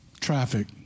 Traffic